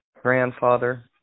grandfather